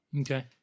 Okay